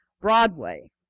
broadway